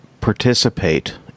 participate